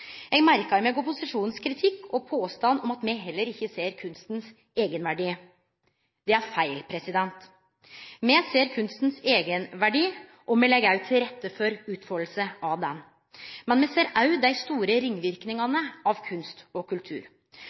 Eg merkar meg opposisjonens kritikk og påstanden om at me heller ikkje ser kunstens eigenverdi. Det er feil. Me ser kunstens eigenverdi, og me legg òg til rette for at han skal utfalde seg. Men me ser òg dei store ringverknadene av kunst og kultur,